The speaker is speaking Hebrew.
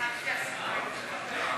חוק ומשפט נתקבלה.